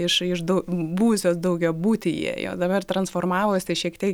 iš iš dau buvusios daugiabutyje jau dabar transformavosi šiek tiek